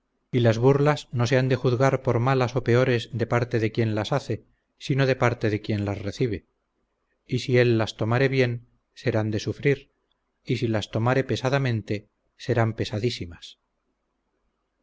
y las burlas no se han de juzgar por malas o peores de parte de quien las hace sino de parte de quien las recibe y si él las tomare bien serán de sufrir y si las tomare pesadamente serán pesadísimas